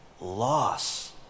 loss